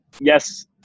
yes